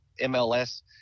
MLS